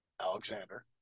Alexander